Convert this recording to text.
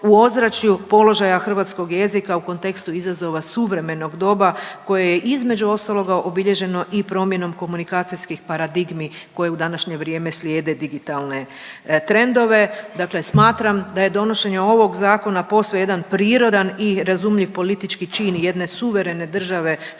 u ozračju položaja hrvatskog jezika u kontekstu izazova suvremenog doba koje je, između ostaloga, obilježeno i promjenom komunikacijskih paradigmi koje u današnje vrijeme slijede digitalne trendove. Dakle smatram da je donošenje ovog Zakona posve jedan prirodan i razumljiv politički čin jedne suverene države, što